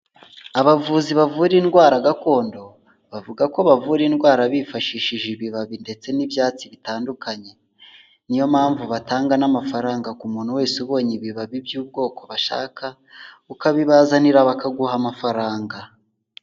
Abavuzi bavura indwara gakondo bavuga ko bavura indwara bifashishije ibibabi ndetse n'ibyatsi bitandukanye, niyo mpamvu batanga n'amafaranga ku muntu wese ubonye ibibabi by'ubwoko bashaka, ukabibazanira bakaguha amafaranga.